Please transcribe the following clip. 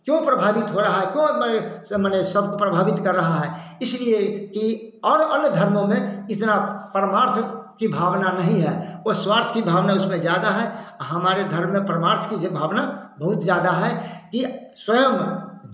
क्यों प्रभावित हो रहा है क्यों अब मले स मले सब प्रभावित कर रहा है इसलिए कि और अन्य धर्मों में इतना परमार्थ की भावना नहीं है वह स्वर्थ की भावना उसमें ज़्यादा है हमारे धर्म में परमार्थ की जे भावना बहुत ज़्यादा है यह स्वयं